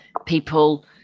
people